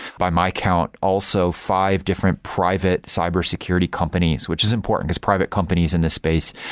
by my count, also five different private cybersecurity companies, which is important, because private companies in the space,